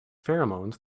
pheromones